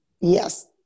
Yes